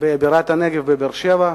בבירת הנגב, בבאר-שבע,